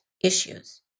issues